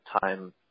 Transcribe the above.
time